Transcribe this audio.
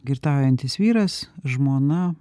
girtaujantis vyras žmona